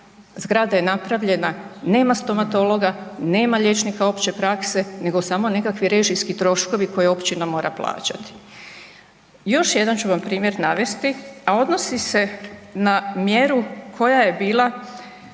zgrada je napravljena, nema stomatologa, nema liječnika opće prakse, nego samo nekakvi režijski troškovi koje općina mora plaćati. Još jedan ću vam primjer navesti, a odnosi se na mjeru koja je bila,